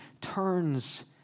turns